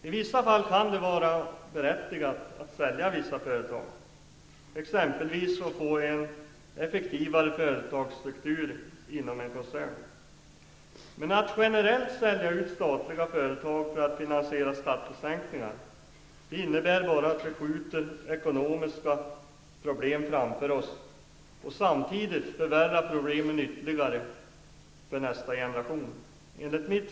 I en del fall kan det vara berättigat att sälja vissa företag, exempelvis för att få en effektivare företagsstruktur inom en koncern. Men en generell utförsäljning av statliga företag för att finansiera skattesänkningar innebär bara att vi skjuter ekonomiska problem framför oss, samtidigt som problemen för nästa generation ytterligare förvärras.